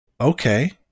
Okay